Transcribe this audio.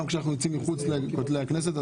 גם כשאנחנו יוצאים מחוץ לכותלי הכנסת.